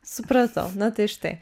supratau na tai štai